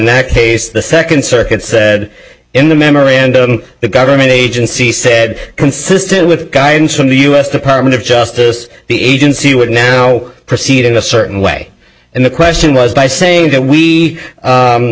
that case the second circuit said in the memorandum the government agency said consistent with guidance from the u s department of justice the agency would now proceed in a certain way and the question was by saying that we